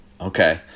Okay